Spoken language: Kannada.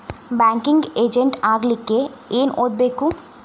ಬ್ಯಾಂಕಿಂಗ್ ಎಜೆಂಟ್ ಆಗ್ಲಿಕ್ಕೆ ಏನ್ ಓದ್ಬೇಕು?